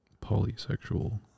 Polysexual